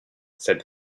said